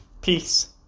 Peace